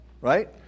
right